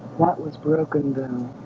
what was broken